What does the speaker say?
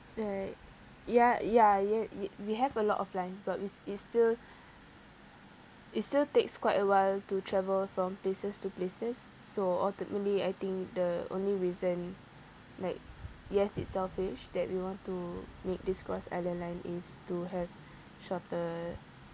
like ya ya ye~ y~ we have a lot of lines but we it's still it still takes quite awhile to travel from places to places so ultimately I think the only reason like yes it's selfish that we want to make this cross island line is to have shorter